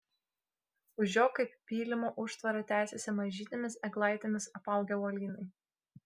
už jo kaip pylimo užtvara tęsėsi mažytėmis eglaitėmis apaugę uolynai